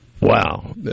Wow